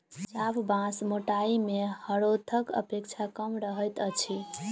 चाभ बाँस मोटाइ मे हरोथक अपेक्षा कम रहैत अछि